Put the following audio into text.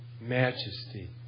majesty